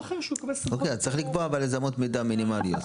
צריך לקבוע אמות מידה מינימאליות.